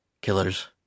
killers